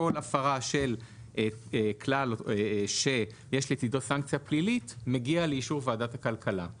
כל הפרה של כלל שיש לצידו סנקציה פלילית מגיע לאישור ועדת הכלכלה.